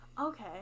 Okay